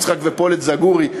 יצחק ופולט זגורי,